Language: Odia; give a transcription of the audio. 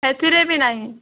ସେଥିରେ ବି ନାହିଁ